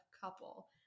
couple